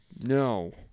No